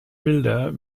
bilder